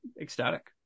ecstatic